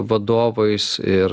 vadovais ir